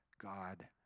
God